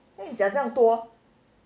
then 你讲这样多